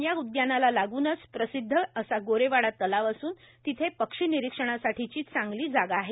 या उद्यानाला लागूनच प्रसिद्ध असा गोरेवाडा तलाव असून तेथे पक्षी निरीक्षणासाठीची चांगली जागा आहे